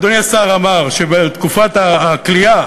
אדוני השר אמר שבתקופת הכליאה,